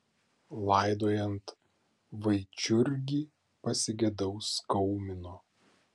laidojant vaičiurgį pasigedau skaumino